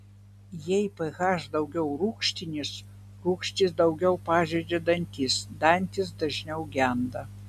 jei ph daugiau rūgštinis rūgštis daugiau pažeidžia dantis dantys dažniau genda